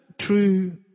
true